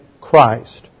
Christ